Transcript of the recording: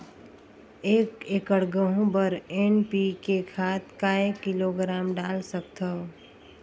एक एकड़ गहूं बर एन.पी.के खाद काय किलोग्राम डाल सकथन?